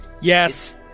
yes